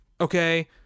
Okay